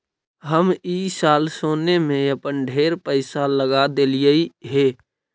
हम ई साल सोने में अपन ढेर पईसा लगा देलिअई हे